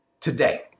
today